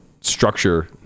structure